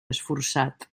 esforçat